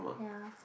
ya